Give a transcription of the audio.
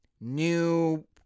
new